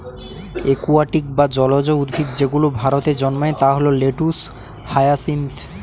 aquatic বা জলজ উদ্ভিদ যেগুলো ভারতে জন্মায় তা হল লেটুস, হায়াসিন্থ